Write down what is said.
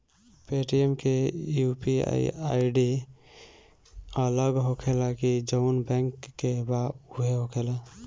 Paytm के UPI ID अलग होखेला की जाऊन बैंक के बा उहे होखेला?